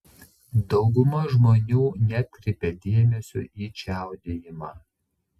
dauguma žmonių neatkreipia dėmesio į čiaudėjimą